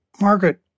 Margaret